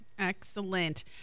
Excellent